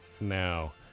now